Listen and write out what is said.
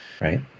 right